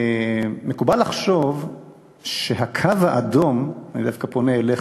מקובל לחשוב שהקו האדום, אני דווקא פונה אליך,